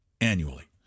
annually